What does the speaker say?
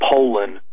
Poland